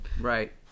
Right